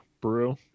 brew